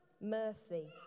mercy